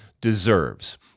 deserves